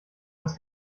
das